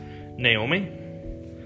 Naomi